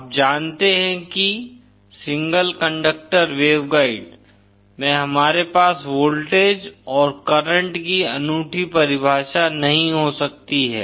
आप जानते हैं कि सिंगल कंडक्टर वेवगाइड में हमारे पास वोल्टेज और करंट की अनूठी परिभाषा नहीं हो सकती है